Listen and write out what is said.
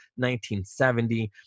1970